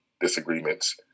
disagreements